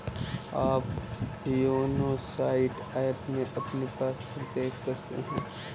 आप YONO lite app में अपनी पासबुक देख सकते हैं